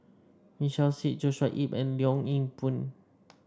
Michael Seet Joshua Ip and Leong Yoon Pin